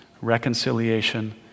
reconciliation